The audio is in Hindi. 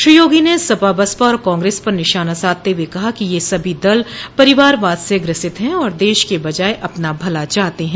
श्री योगी ने सपा बसपा और कांग्रेस पर निशाना साधते हुए कहा कि यह सभी दल परिवारवाद से ग्रसित है और देश की बजाय अपना भला चाहते हैं